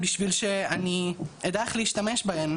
בשביל שאני אדע איך להשתמש בהן.